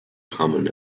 common